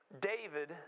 David